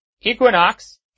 equinox